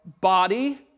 body